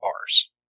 bars